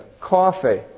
coffee